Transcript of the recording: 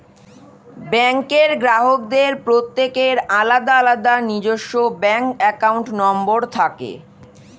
ব্যাঙ্কের গ্রাহকদের প্রত্যেকের আলাদা আলাদা নিজস্ব ব্যাঙ্ক অ্যাকাউন্ট নম্বর থাকে